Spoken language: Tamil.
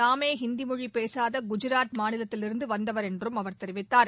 தாமே ஹிந்தி மொழி பேசாத குஜராத் மாநிலத்திலிருந்து வந்தவர் என்றும் அவர் தெரிவித்தார்